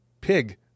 pig